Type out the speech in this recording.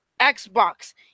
Xbox